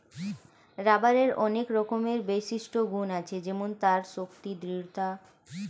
রাবারের অনেক রকমের বিশিষ্ট গুন্ আছে যেমন তার শক্তি, দৃঢ়তা